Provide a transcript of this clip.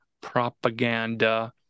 propaganda